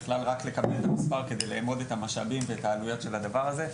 בכלל רק לקבל את המספר כדי לאמוד את המשאבים ואת העלויות של הדבר הזה.